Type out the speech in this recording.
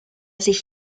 sich